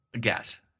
Guess